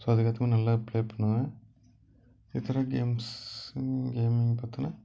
so அதுக்கு ஏற்ற மாதிரி நல்லா ப்ளே பண்ணுவேன் இத்தனைக்கும் எம்ஸ் கேமிங் பார்த்தோன்னா